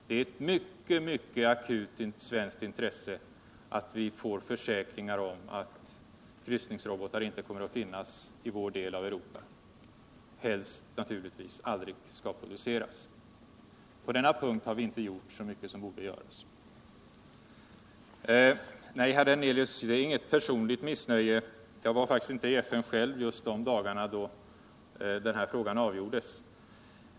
Det är ett mycket akut svenskt intresse att vi får försäkringar om att kryssningsrobotar inte kommer att finnas i vår del av Europa. helst naturligtvis aldrig kommer att produceras. På denna punkt har vi inte gjort så mycket som borde göras. Nej. herr Hernelius, det är inget personligt missnöje. Jag var faktiskt inte i FN själv just de dagar då den här frågan avgjordes.